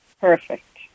perfect